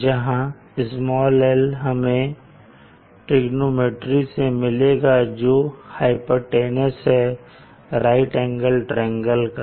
जहां "l" हमें trigonometry से मिलेगा जोकि हाइपाटनूस है राइट एंगल ट्रंगल का